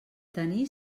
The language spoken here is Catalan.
tenir